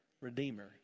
redeemer